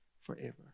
forever